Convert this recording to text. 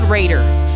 Raiders